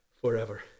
forever